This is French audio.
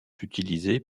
utilisés